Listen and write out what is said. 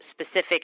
specific